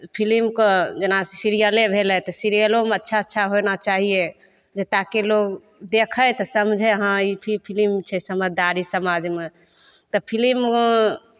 फिलिमके जेना सीरियले भेलै तऽ सीरियलोमे अच्छा अच्छा होना चाहिए जे ताकि लोक देखय तऽ समझै हँ ई फिलिम छै समझदारी समाजमे तऽ फिलिम ओ